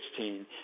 2016